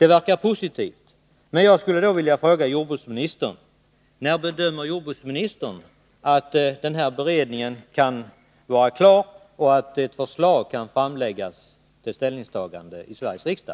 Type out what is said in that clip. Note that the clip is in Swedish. Det verkar positivt, men jag skulle då vilja fråga jordbruksministern: När bedömer jordbruksministern att den här beredningen kan vara klar och förslag kan framläggas för ställningstagande i Sveriges riksdag?